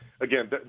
again